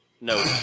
No